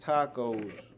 Tacos